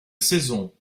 saison